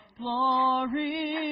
glory